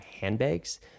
handbags